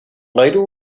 later